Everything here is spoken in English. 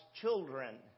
children